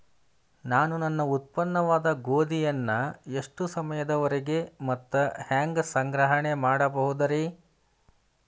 ನಾನು ನನ್ನ ಉತ್ಪನ್ನವಾದ ಗೋಧಿಯನ್ನ ಎಷ್ಟು ಸಮಯದವರೆಗೆ ಮತ್ತ ಹ್ಯಾಂಗ ಸಂಗ್ರಹಣೆ ಮಾಡಬಹುದುರೇ?